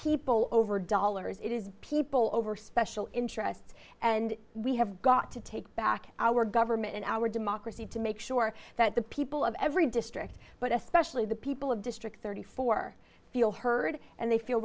people over dollars it is people over special interests and we have got to take back our government and our democracy to make sure that the people of every district but especially the people of district thirty four feel heard and they feel